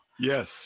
Yes